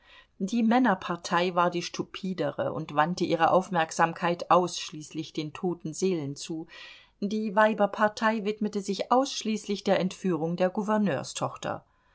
die männerpartei war die stupidere und wandte ihre aufmerksamkeit ausschließlich den toten seelen zu die weiberpartei widmete sich ausschließlich der entführung der